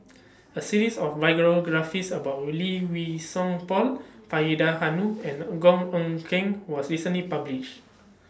A series of about Lee Wei Song Paul Faridah Hanum and Goh Eck Kheng was recently published